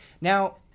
Now